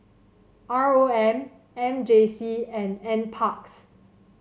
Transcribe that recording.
R O M M J C and NParks